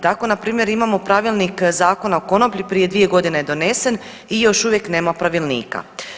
Tako npr. imamo pravilnik Zakona o konoplji, prije 2 godine je donesen i još uvijek nema pravilnika.